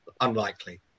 unlikely